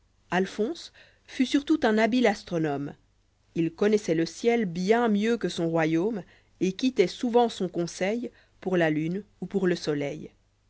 alphonse fut surtout un habile astronome il connoissoit le ciel bien mieux que son royaume et quittait souvent son conseil pour la lune ou pour le soleil